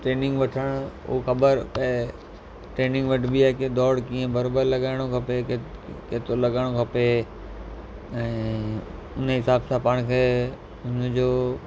training वठणु पोइ ख़बरु पए ट्रेनिंग वठिबी आहे की दौड़ कीअं बरोबरु लॻाइणो खपे केतिरो लॻाइणु खपे ऐं उन हिसाब सां पाण खे उनजो